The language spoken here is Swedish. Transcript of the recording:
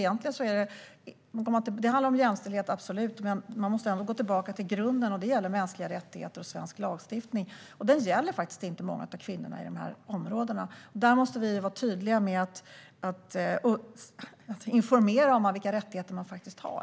Det handlar absolut om jämställdhet, men man måste ändå gå tillbaka till grunden, och det gäller mänskliga rättigheter och svensk lagstiftning. För många av kvinnorna i dessa områden gäller inte den, och vi måste därför vara tydliga med att informera om vilka rättigheter man har.